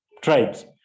tribes